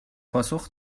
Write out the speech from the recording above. پاسخ